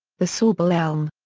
the sauble elm.